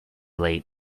late